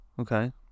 Okay